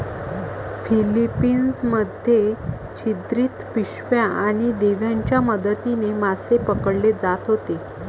Philippines मध्ये छिद्रित पिशव्या आणि दिव्यांच्या मदतीने मासे पकडले जात होते